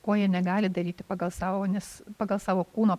ko jie negali daryti pagal savo nes pagal savo kūno